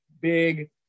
big